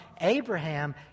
Abraham